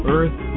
Earth